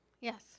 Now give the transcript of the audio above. Yes